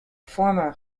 former